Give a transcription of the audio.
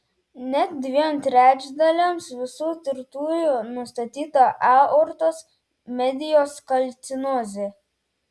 net dviem trečdaliams visų tirtųjų nustatyta aortos medijos kalcinozė